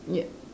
ya